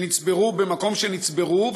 שנצברו במקום שנצברו,